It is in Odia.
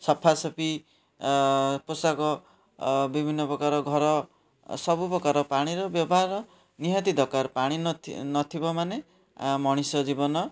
ସଫା ସଫି ପୋଷାକ ବିଭିନ୍ନପ୍ରକାର ଘର ସବୁ ପ୍ରକାର ପାଣିର ବ୍ୟବହାର ନିହାତି ଦରକାର ପାଣି ନଥିବ ମାନେ ମଣିଷ ଜୀବନ